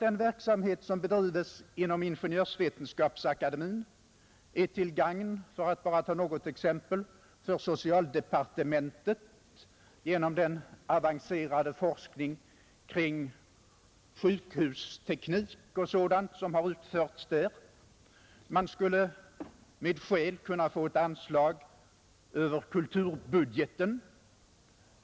Den verksamhet som bedrivs inom Ingenjörsvetenskapsakademien är till gagn, för att bara ta något exempel, för socialdepartementet genom den avancerade forskning kring sjukhusteknik som har utförts där. Man skulle med skäl kunna få ett anslag över kulturbudgeten.